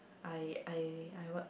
I I I what